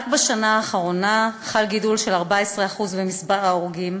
רק בשנה האחרונה חל גידול של 14% במספר ההרוגים,